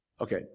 Okay